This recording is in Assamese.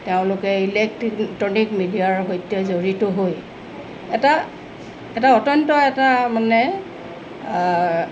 তেওঁলোকে ইলেকট্ৰনিক মিডিয়াৰ সৈতে জড়িত হৈ এটা এটা অত্যন্ত এটা মানে